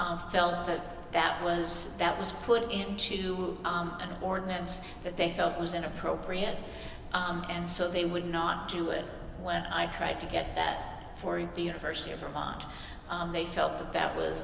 felt that that was that was put into an ordinance that they felt was inappropriate and so they would not do it when i tried to get that for the university of vermont they felt that that was